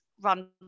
run